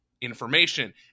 information